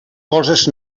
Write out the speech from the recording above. coses